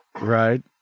right